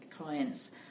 clients